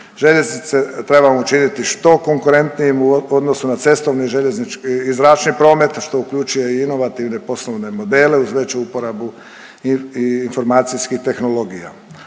Željeznice trebamo učiniti što konkurentnijim u odnosu na cestovni i zračni promet što uključuje i inovativne poslovne modele uz veću uporabu informacijskih tehnologija.